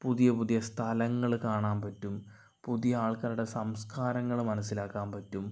പുതിയ പുതിയ സ്ഥലങ്ങള് കാണാമ്പറ്റും പുതിയ ആൾക്കാരുടെ സംസ്ക്കാരങ്ങള് മനസ്സിലാക്കാൻ പറ്റും